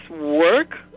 work